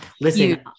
Listen